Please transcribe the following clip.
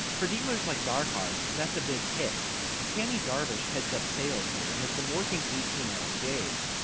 for dealers like darcars, that's a big hit tammy darvish heads up sales here and has been working eighteen hour days.